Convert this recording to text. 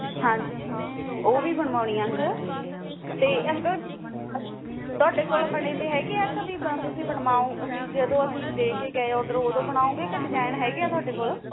ਹਾਂਜੀ ਉਹ ਵੀ ਬਣਵਾਉਣੀ ਅੰਕਲ ਅਤੇ ਅੰਕਲ ਤੁਹਾਡੇ ਕੋਲ ਬਣੇ ਵੇ ਹੈਗੇ ਆ ਕਿ ਬ ਤੁਸੀਂ ਬਣਾਓ ਵੀ ਜਦੋਂ ਅਸੀਂ ਦੇ ਕੇ ਗਏ ਔਡਰ ਉਦੋਂ ਬਣਾਓਗੇ ਅਤੇ ਡਿਜਾਇਨ ਹੈਗੇ ਤੁਹਾਡੇ ਕੋਲ